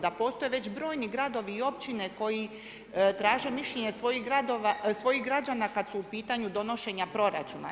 Da postoje već brojni gradovi i općine koji traže mišljenje svojih građana, kada su u pitanju donošenja proračuna.